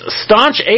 staunch